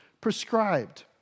prescribed